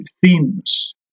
themes